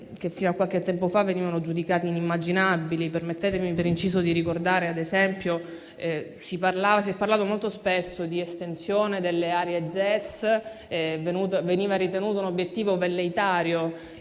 che, fino a qualche tempo fa, venivano giudicati inimmaginabili. Permettetemi, per inciso, di ricordare che si è parlato molto spesso di estensione delle aree ZES, che veniva ritenuto un obiettivo velleitario.